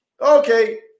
Okay